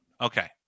Okay